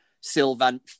Sylvan